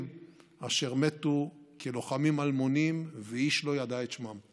אשר מתו כלוחמים אלמונים ואיש לא ידע את שמם.